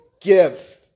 give